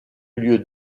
lieu